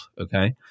Okay